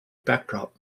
backdrop